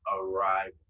arrival